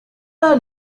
are